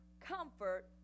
comfort